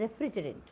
refrigerant